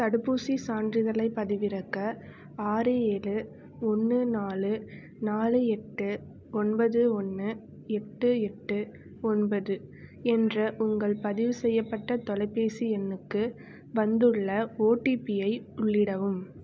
தடுப்பூசி சான்றிதழைப் பதிவிறக்க ஆறு ஏழு ஒன்று நாலு நாலு எட்டு ஒன்பது ஒன்று எட்டு எட்டு ஒன்பது என்ற உங்கள் பதிவு செய்யப்பட்ட தொலைபேசி எண்ணுக்கு வந்துள்ள ஓடிபி ஐ உள்ளிடவும்